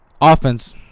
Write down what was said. offense